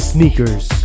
Sneakers